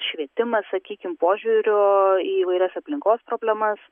švietimas sakykim požiūrio į įvairias aplinkos problemas